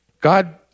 God